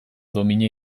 domina